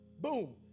Boom